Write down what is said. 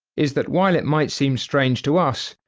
is that while it might seem strange to us,